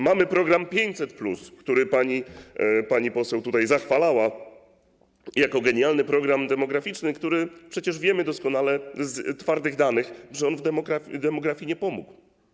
Mamy program 500+, który pani poseł tutaj zachwalała jako genialny program demograficzny, który - przecież wiemy doskonale z twardych danych - rządowi w demografii nie pomógł.